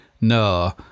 no